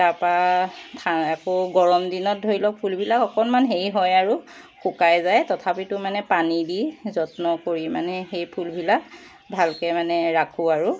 তাপা ঠা আকৌ গৰম দিনত ধৰি লওক অকণমান সেই হয় আৰু শুকাই যায় তথাপিতো মানে পানী দি যত্ন কৰি মানে সেই ফুলবিলাক ভালকৈ মানে ৰাখোঁ আৰু